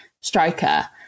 striker